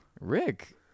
Rick